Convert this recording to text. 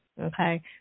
Okay